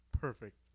perfect